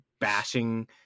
bashing